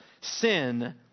sin